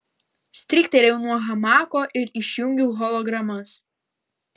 stryktelėjau nuo hamako ir išjungiau hologramas